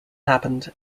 happened